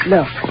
Look